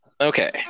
Okay